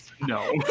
No